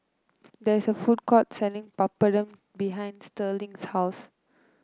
there is a food court selling Papadum behind Sterling's house